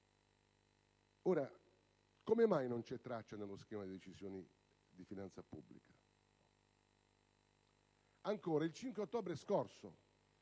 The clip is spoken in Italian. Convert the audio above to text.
mai di ciò non vi è traccia nello schema di Decisione di finanza pubblica? Ancora, il 5 ottobre scorso